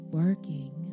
working